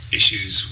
issues